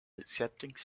acceptance